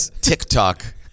TikTok